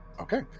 Okay